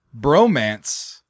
bromance